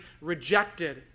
rejected